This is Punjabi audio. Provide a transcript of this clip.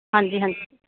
ਹਾਂਜੀ ਹਾਂਜੀ